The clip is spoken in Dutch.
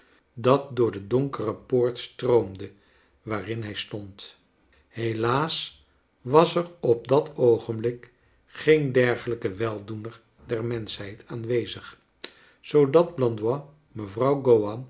dat door de donkere poort stroomde waarin hij stond helaas was er op dat oogenblik geen dergelijke weldoener der menschheid aanwezig zoodat blandois mevrouw